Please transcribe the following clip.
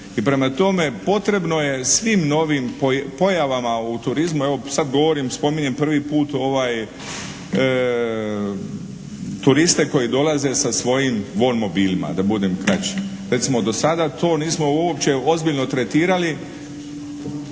I prema tome, potrebno je svim novim pojavama u turizmu, evo sad govorim, spominjem prvi put turiste koji dolaze sa svojim …/Govornik se ne razumije./… mobilima, da budem kraći. Recimo, dosada to nismo uopće ozbiljno tretirali,